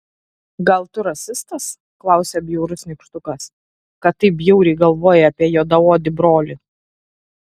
gal tu rasistas klausia bjaurus nykštukas kad taip bjauriai galvoji apie juodaodį brolį